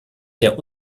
der